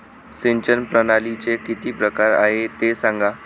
सिंचन प्रणालीचे किती प्रकार आहे ते सांगा